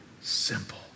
simple